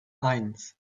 eins